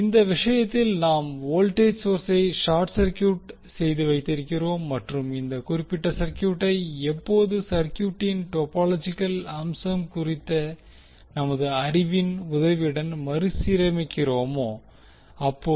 இந்த விஷயத்தில் நாம் வோல்டேஜ் சோர்ஸை ஷார்ட் சர்கியூட் செய்து வைத்திருக்கிறோம் மற்றும் இந்த குறிப்பிட்ட சர்கியூட்டை எப்போது சர்கியூட்டின் டோபோலாஜிக்கல் அம்சம் குறித்த நமது அறிவின் உதவியுடன் மறுசீரமைக்கிறோமோ அப்போது